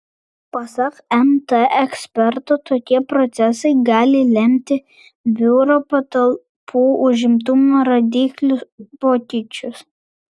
pasak nt eksperto tokie procesai gali lemti biuro patalpų užimtumo rodiklių pokyčius